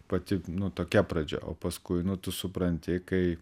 pati tokia pradžia o paskui nu tu supranti kai